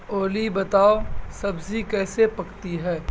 اولی بتاؤ سبزی کیسے پکتی ہے